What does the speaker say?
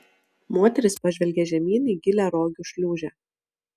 moteris pažvelgė žemyn į gilią rogių šliūžę